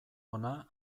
hona